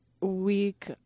week